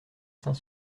saint